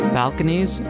balconies